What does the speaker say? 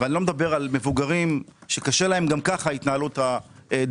ואני לא מדבר על מבוגרים שקשה להם גם ככה ההתנהלות הדיגיטלית